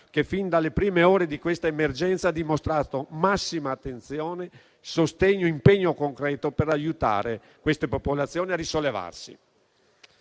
che, fin dalle prime ore di questa emergenza, ha dimostrato massima attenzione, sostegno ed impegno concreto per aiutare queste popolazioni a risollevarsi.